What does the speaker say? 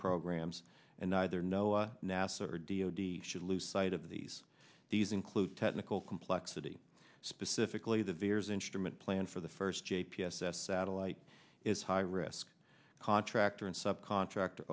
programs and either no nasa or d o d should lose sight of these these include technical complexity specifically the viers instrument plan for the first j p s s satellite is high risk contractor and sub contractor